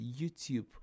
YouTube